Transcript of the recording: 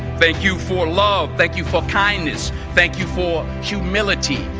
thank you for love. thank you for kindness. thank you for humility,